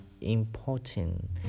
important